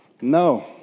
No